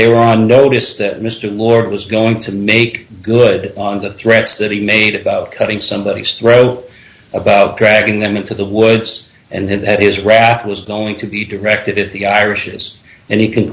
they were on notice that mr lord was going to make good on the threats that he made about cutting somebodies throw about dragging them into the woods and that his wrath was going to be directed at the irish is and